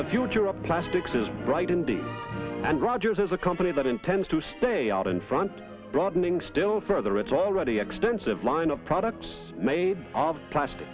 the future of plastics is bright indeed and rogers is a company that intends to stay out in front broadening still further its already extensive line of products made of plastic